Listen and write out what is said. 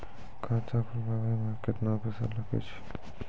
खाता खोलबाबय मे केतना पैसा लगे छै?